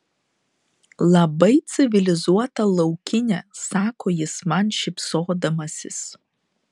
labai civilizuota laukinė sako jis man šypsodamasis